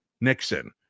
Nixon